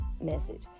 message